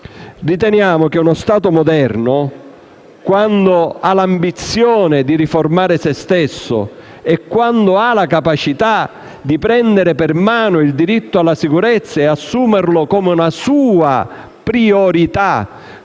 Riteniamo che uno Stato moderno, quando ha l'ambizione di riformare se stesso e la capacità di prendere per mano il diritto alla sicurezza e assumerlo come una sua priorità,